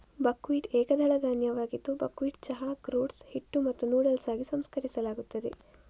buckwheat ಏಕದಳ ಧಾನ್ಯವಾಗಿದ್ದು buckwheat ಚಹಾ, ಗ್ರೋಟ್ಸ್, ಹಿಟ್ಟು ಮತ್ತು ನೂಡಲ್ಸ್ ಆಗಿ ಸಂಸ್ಕರಿಸಲಾಗುತ್ತದೆ